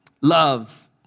Love